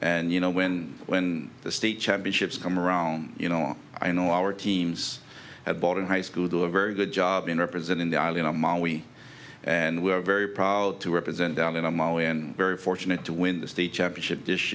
and you know when when the state championships come around you know i know our teams at bottom high school do a very good job in representing the island of maui and we're very proud to represent down in a mile in very fortunate to win the state championship this